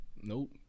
Nope